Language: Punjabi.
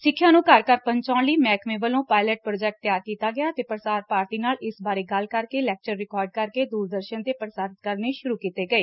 ਸਿੱਖਿਆ ਨੂੰ ਘਰ ਘਰ ਪਹੁੰਚਾਉਣ ਲਈ ਮਹਿਕਮੇ ਵਲੋਂ ਪਾਇਲਟ ਪ੍ਰੋਜੈਕਟ ਤਿਆਰ ਕੀਤਾ ਗਿਆ ਅਤੇ ਪ੍ਰਸਾਰ ਭਾਰਤੀ ਨਾਲ ਇਸ ਬਾਰੇ ਗੱਲ ਕਰਕੇ ਲੈਕਚਰ ਰਿਕਾਰਡ ਕਰਕੇ ਦੁਰਦਰਸ਼ਨ 'ਤੇ ਪ੍ਰਸਾਰਿਤ ਕਰਨੇ ਸ਼ੁਰੂ ਕੀਤੇ ਗਏ